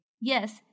Yes